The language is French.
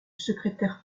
secrétaire